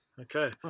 okay